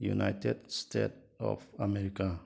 united state of America